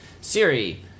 Siri